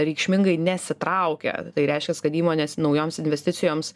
reikšmingai nesitraukia tai reiškias kad įmonės naujoms investicijoms